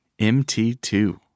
MT2